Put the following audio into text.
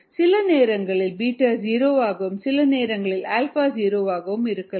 சில நேரங்களில் பீட்டா 0 ஆகவும் சில நேரங்களில் ஆல்பா 0 ஆகவும் இருக்கலாம்